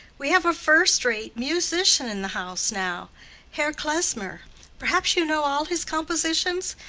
we have a first-rate musician in the house now herr klesmer perhaps you know all his compositions.